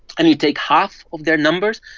and we take half of their numbers.